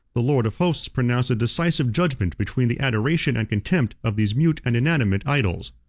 the lord of hosts pronounced a decisive judgment between the adoration and contempt of these mute and inanimate idols.